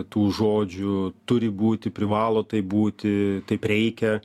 tų žodžių turi būti privalo taip būti taip reikia